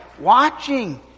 watching